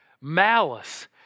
Malice